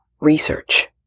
research